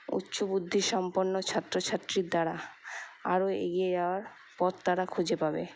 উচ্চ বুদ্ধি সম্পন্ন ছাত্রছাত্রীর দ্বারা আরও এগিয়ে যাওয়ার পথ তারা খুঁজে পাবে